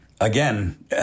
Again